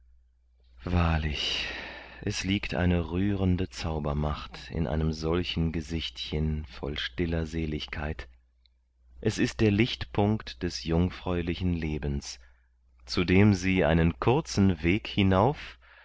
wahrlich es liegt eine rührende zaubermacht in einem solchen gesichtchen voll stiller seligkeit es ist der lichtpunkt des jungfräulichen lebens zu dem sie einen kurzen weg hinauf